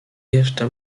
jeszcze